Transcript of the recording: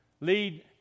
lead